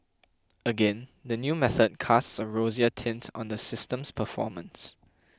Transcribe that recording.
again the new method casts a rosier tint on the system's performance